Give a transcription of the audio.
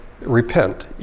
repent